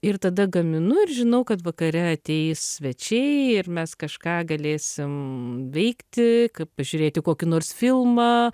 ir tada gaminu ir žinau kad vakare ateis svečiai ir mes kažką galėsim veikti kaip pažiūrėti kokį nors filmą